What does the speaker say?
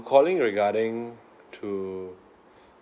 calling regarding to